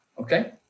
okay